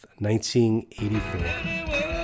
1984